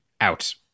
out